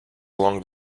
along